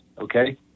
okay